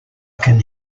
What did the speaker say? can